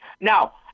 Now